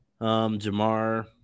Jamar